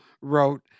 wrote